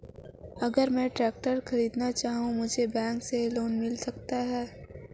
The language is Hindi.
अगर मैं ट्रैक्टर खरीदना चाहूं तो मुझे बैंक से ऋण मिल सकता है?